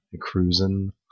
cruising